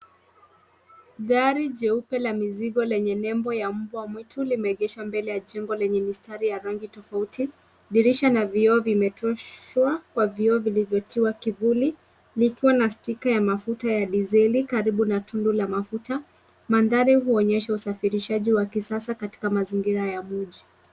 Gari jeupe la mizigo lenye nembo ya mbwa mwitu limeegeshwa mbele ya jengo lenye mistari ya rangi tofauti. Dirisha na vioo vimetoshwa kwa vioo vilivyotiwa kivuli likiwa na stika ya diseli karibu na tundu la mafuta. Mandhari huonyesha usafirishaji wa kisasa katika mazingira ya mji.